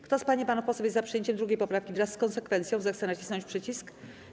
Kto z pań i panów posłów jest za przyjęciem 2. poprawki wraz z konsekwencją, zechce nacisnąć przycisk.